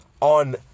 on